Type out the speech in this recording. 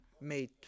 made